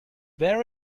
there